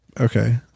Okay